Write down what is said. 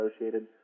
associated